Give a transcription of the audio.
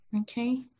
Okay